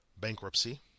bankruptcy